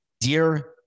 Dear